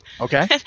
Okay